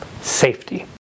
safety